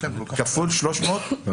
זה